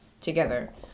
together